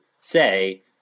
say